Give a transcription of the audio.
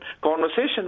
conversation